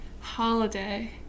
Holiday